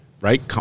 right